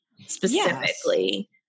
specifically